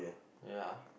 ya